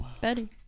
Betty